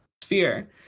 sphere